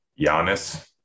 Giannis